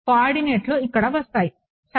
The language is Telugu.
కోఆర్డినేట్లు ఇక్కడ వస్తాయి సరే